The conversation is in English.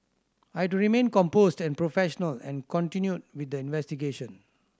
I do remain composed and professional and continue with the investigation